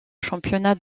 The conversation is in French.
championnat